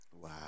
wow